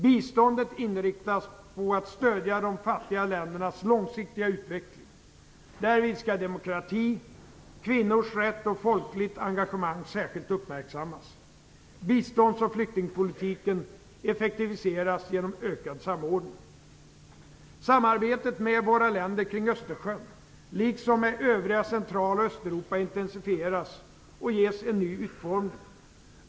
Biståndet inriktas på att stödja de fattiga ländernas långsiktiga utveckling. Därvid skall demokrati, kvinnors rätt och folkligt engagemang särskilt uppmärksammas. Bistånds och flyktingpolitiken effektiviseras genom ökad samordning. Samarbetet med våra grannländer kring Östersjön liksom med övriga Central och Östeuropa intensifieras och ges en ny utformning.